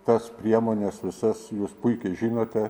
tas priemones visas jūs puikiai žinote